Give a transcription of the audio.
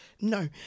No